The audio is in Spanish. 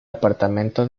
apartamento